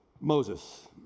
Moses